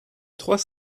trois